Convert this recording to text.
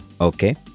Okay